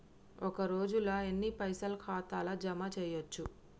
ఒక రోజుల ఎన్ని పైసల్ ఖాతా ల జమ చేయచ్చు?